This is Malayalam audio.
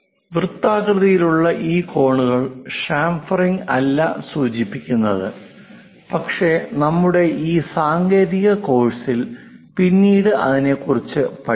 വൃത്താകൃതിയിലുള്ള കോണുകൾ ചാംഫെറിംഗ് അല്ല സൂചിപ്പിക്കുന്നത് പക്ഷേ നമ്മുടെ ഈ സാങ്കേതിക കോഴ്സിൽ പിന്നീട് അതിനെക്കുറിച്ച് പഠിക്കും